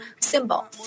symbol